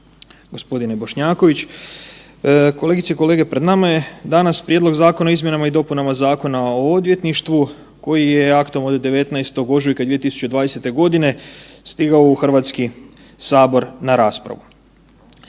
g. Bošnjaković. Kolegice i kolege, pred nama je danas Prijedlog zakona o izmjenama i dopunama Zakona o odvjetništvu koji je aktom od 19. ožujka 2020.g. stigao u HS na raspravu.